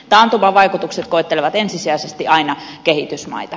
taantuman vaikutukset koettelevat ensisijaisesti aina kehitysmaita